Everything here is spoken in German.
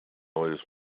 neues